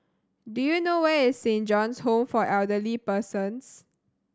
do you know where is Saint John's Home for Elderly Persons